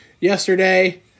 yesterday